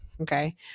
okay